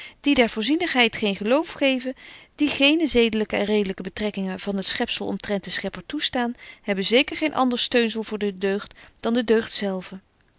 die der voorzienigheid geen geloof geven die geene zedelyke en redelyke betrekkingen van het schepzel omtrent den schepper toestaan hebben zeker geen ander steunzel voor de deugd dan de